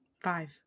Five